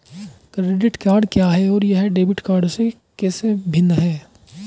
Credit card क्या है और यह डेबिट कार्ड से कैसे भिन्न है?